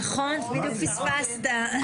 נכון, בדיוק פספסת.